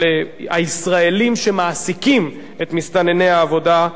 הישראלים שמעסיקים את מסתנני העבודה,